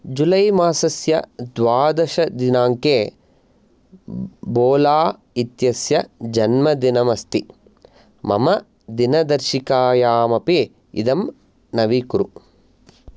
जुलैमासस्य द्वादशदिनाङ्के बोला इत्यस्य जन्मदिनमस्ति मम दिनदर्शिकायामपि इदं नवीकुरु